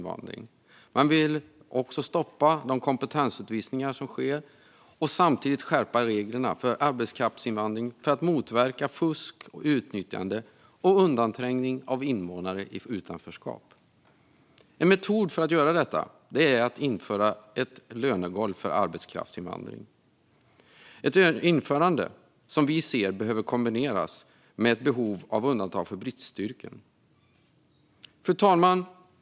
Vi vill också stoppa kompetensutvisningarna och samtidigt skärpa reglerna för arbetskraftsinvandring för att motverka fusk, utnyttjande och undanträngning av invånare i utanförskap. En metod för att göra detta är att införa ett lönegolv för arbetskraftsinvandring. Men vi anser att det behöver kombineras med undantag för bristyrken. Fru talman!